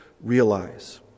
realize